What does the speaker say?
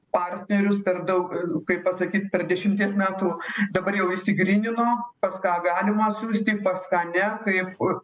partnerius per daug kaip pasakyt per dešimties metų dabar jau išsigrynino pas ką galima siųsti pas ką ne kaip